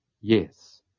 Yes